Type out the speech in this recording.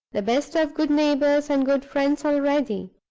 the best of good neighbors and good friends already.